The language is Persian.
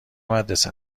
مدرسه